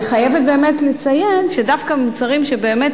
אני חייבת באמת לציין שדווקא מוצרים שבאמת